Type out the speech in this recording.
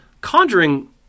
Conjuring